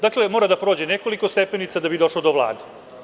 Dakle, mora da prođe nekoliko stepenica da bi došlo do Vlade.